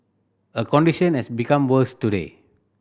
her condition has become worse today